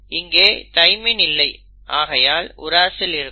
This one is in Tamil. இங்கே தைமைன் இல்லை ஆகையால் உராசில் இருக்கும்